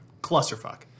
clusterfuck